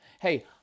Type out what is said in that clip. hey